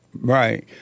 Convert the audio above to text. right